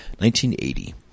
1980